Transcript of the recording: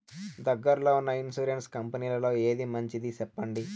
దగ్గర లో ఉన్న ఇన్సూరెన్సు కంపెనీలలో ఏది మంచిది? సెప్పండి?